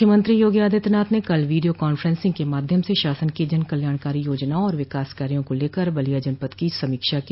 मुख्यमंत्री योगी आदित्यनाथ ने कल वीडियों कॉफ्रेंसिंग के माध्यम से शासन की जनकल्याणकारी योजनाओं और विकास कार्यो को लेकर बलिया जनपद की समीक्षा की